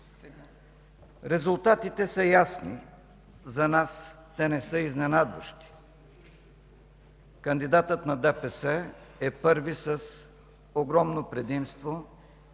Резултатите са ясни. За нас те не са изненадващи. Кандидатът на ДПС е първи с огромно предимство